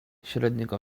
średniego